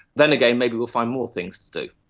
then again, maybe we will find more things to do.